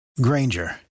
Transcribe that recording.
Granger